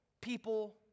people